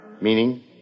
Meaning